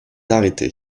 arrêté